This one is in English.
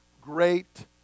great